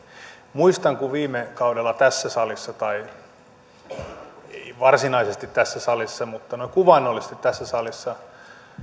muistan kun viime kaudella tässä salissa tai ei varsinaisesti tässä salissa mutta noin kuvaannollisesti tässä salissa